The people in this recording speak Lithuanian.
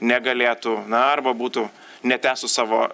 negalėtų na arba būtų netęstų savo